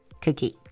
cookie